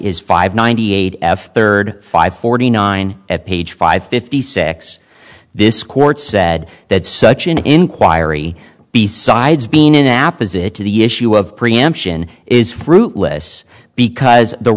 is five ninety eight f third five forty nine at page five fifty six this court said that such an inquiry besides being an app is it to the issue of preemption is fruitless because the